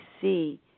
see